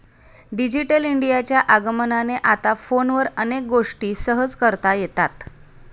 digital इंडियाच्या आगमनाने आता फोनवर अनेक गोष्टी सहज करता येतात